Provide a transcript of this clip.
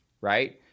Right